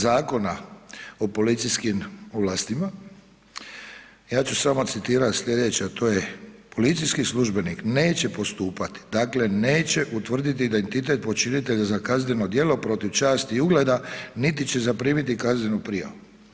Zakon o policijskim ovlastima, ja ću samo citirat slijedeće, a to je, policijski službenik neće postupati, dakle neće utvrditi identitet počinitelja za kazneno djelo protiv časti i ugleda, niti će zaprimiti kaznenu prijavu.